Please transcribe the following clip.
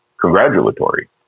congratulatory